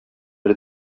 бер